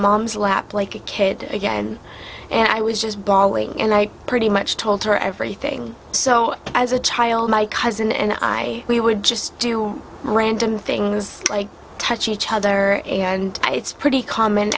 mom's lap like a kid again and i was just bawling and i pretty much told her everything so as a child my cousin and i we would just do random things like touch each other and it's pretty common